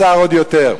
הצר עוד יותר.